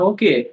Okay